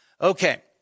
Okay